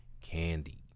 Candy